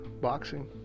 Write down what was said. Boxing